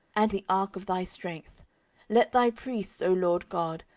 and the ark of thy strength let thy priests, o lord god,